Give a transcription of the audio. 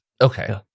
Okay